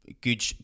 good